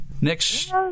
Next